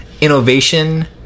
innovation